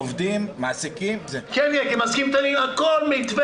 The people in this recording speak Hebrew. עובדים, מעסיקים --- אני אגע בכל.